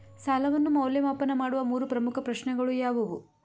ಸಾಲವನ್ನು ಮೌಲ್ಯಮಾಪನ ಮಾಡುವ ಮೂರು ಪ್ರಮುಖ ಪ್ರಶ್ನೆಗಳು ಯಾವುವು?